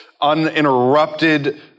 uninterrupted